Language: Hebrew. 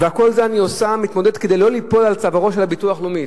וכל זה אני עושה כדי לא ליפול על צווארו של הביטוח הלאומי,